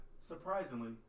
surprisingly